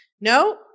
no